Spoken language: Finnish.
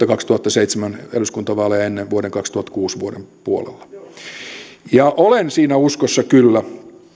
kaksituhattaseitsemän eduskuntavaaleja vuoden kaksituhattakuusi puolella olen siinä uskossa kyllä